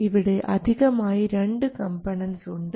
ഇവിടെ അധികമായി രണ്ട് കമ്പണന്റ്സ് ഉണ്ട്